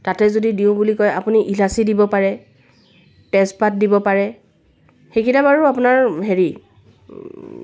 তাতে যদি দিওঁ বুলি কয় আপুনি ইলাচি দিব পাৰে তেজপাত দিব পাৰে সেইকেইটা বাৰু আপোনাৰ হেৰি